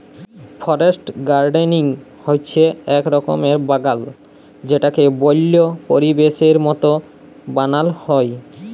forest gardening হচ্যে এক রকমের বাগাল যেটাকে বল্য পরিবেশের মত বানাল হ্যয়